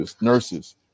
nurses